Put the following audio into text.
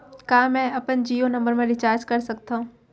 का मैं अपन जीयो नंबर म रिचार्ज कर सकथव?